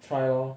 try lor